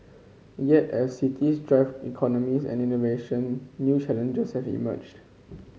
yet as cities drive economies and innovation new challenges have emerged